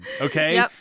Okay